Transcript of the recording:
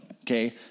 Okay